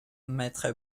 maitre